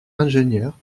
ingénieur